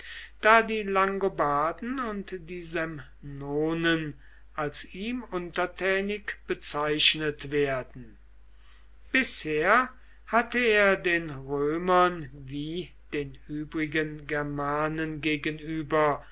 da die langobarden und die semnonen als ihm untertänig bezeichnet werden bisher hatte er den römern wie den übrigen germanen gegenüber